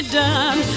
done